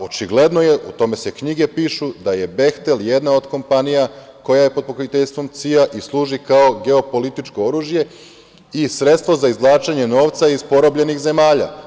Očigledno je, o tome se knjige pišu, da je "Behtel" jedna od kompanija koja je pod pokroviteljstvom CIA i služi kao geopolitičko oružje i sredstvo za izvlačenje novca iz porobljenih zemalja.